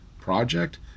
project